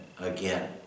again